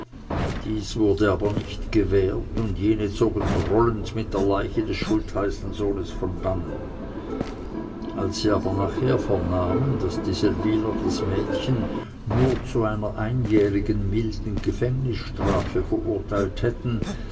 dies wurde nicht gewährt und jene zogen grollend mit der leiche des schultheißensohnes von dannen als sie aber nachher vernahmen daß die seldwyler das mädchen nur zu einer einjährigen milden gefängnisstrafe verurteilt hätten